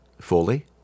fully